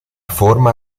forma